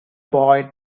boy